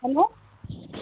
hello